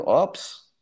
oops